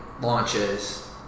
launches